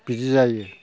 बिदि जायो